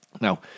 Now